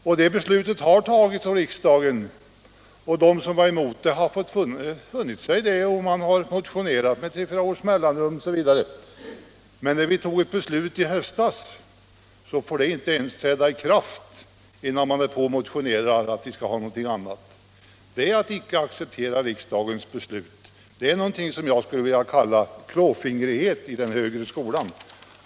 Riksdagens beslut om mellanölets införande har de som var emot det fått finna sig i. De har motionerat med tre fyra års mellanrum för att få en ändring till stånd. Men det beslut som riksdagen tog i höstas om att mellanölet skall upphöra får inte ens träda i kraft förrän man motionerar om att vi skall ha ett annat öl i stället. Det är att icke acceptera riksdagens beslut, någonting som jag skulle vilja kalla för klåfingrighet i den högre skolan.